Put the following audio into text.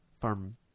farm